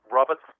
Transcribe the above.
Robert